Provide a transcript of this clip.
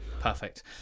perfect